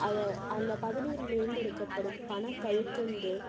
அதை அந்த பதநீர்லிருந்து எடுக்கப்படும் பனக்கற்கண்டு